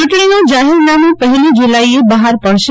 ચુંટણીનું જાહેરનામું પહેલી જુલાઈએ બફાર પડશે